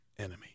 Enemy